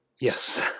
Yes